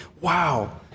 wow